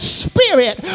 spirit